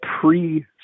pre